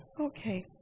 Okay